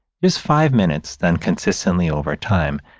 just five minutes, then consistently over time,